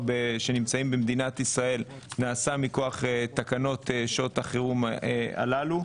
שנמצאים במדינת ישראל נעשה מכוח תקנות שעות החירום הללו.